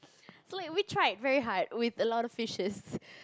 so if we try very hard with a lot of fishes